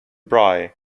braille